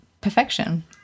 perfection